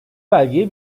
belgeyi